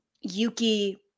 Yuki